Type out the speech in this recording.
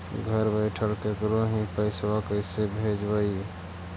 घर बैठल केकरो ही पैसा कैसे भेजबइ?